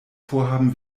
vorhaben